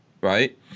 right